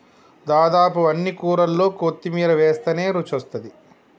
దాదాపు అన్ని కూరల్లో కొత్తిమీర వేస్టనే రుచొస్తాది